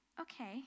okay